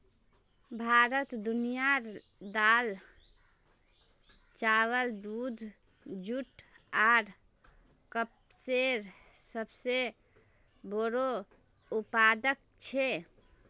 भारत दुनियार दाल, चावल, दूध, जुट आर कपसेर सबसे बोड़ो उत्पादक छे